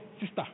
Sister